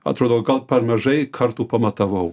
atrodo gal per mažai kartų pamatavau